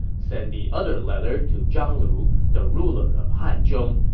send the other letter to zhang lu, the ruler of hanzhong,